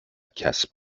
کسب